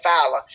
fowler